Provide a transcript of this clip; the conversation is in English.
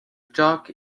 dock